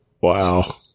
Wow